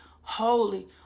holy